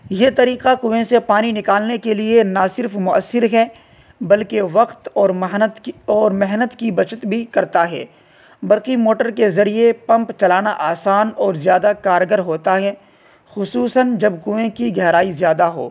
یہ طریقہ کنویں سے پانی نکالنے کے لیے نہ صرف مؤثر ہے بلکہ وقت اور محنت اور محنت کی بچت بھی کرتا ہے برقی موٹر کے ذریعے پمپ چلانا آسان اور زیادہ کارگر ہوتا ہے خصوصاً جب کنویں کی گہرائی زیادہ ہو